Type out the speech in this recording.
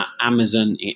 Amazon